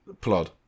plot